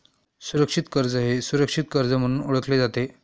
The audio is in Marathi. सुरक्षित कर्ज हे सुरक्षित कर्ज म्हणून ओळखले जाते